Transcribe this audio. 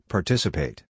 Participate